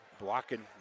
blocking